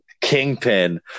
kingpin